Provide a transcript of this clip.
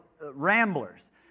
Ramblers